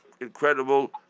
incredible